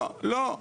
לא,